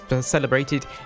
celebrated